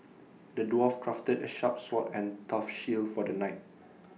the dwarf crafted A sharp sword and tough shield for the knight